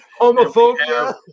homophobia